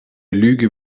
lüge